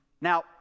Now